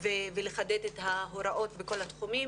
ולחדד את ההוראות בכל התחומים,